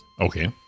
Okay